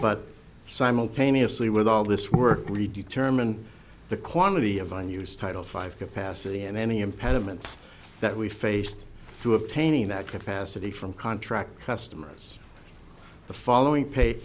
but simultaneously with all this work we determine the quantity of unused title five capacity and any impediments that we faced to obtaining that capacity from contract customers the following pa